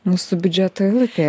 mūsų biudžeto eilutėje